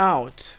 Out